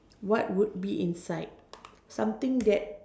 what would be inside something that